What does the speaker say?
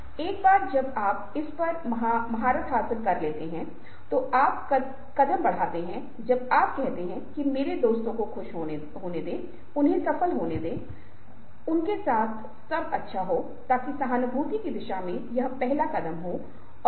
तो इशारे एक महत्वपूर्ण भूमिका निभाते हैं कि आप क्या कर रहे हैं या आप तुरंत इस तरह से आपके सामने अपने हाथों को मोड़ते हैं यह सभी चीजें अंतरंगता या दूरी की भावना का संचार करने का प्रबंधन करती हैं